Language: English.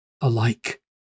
alike